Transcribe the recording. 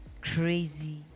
Crazy